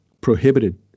prohibited